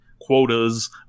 quotas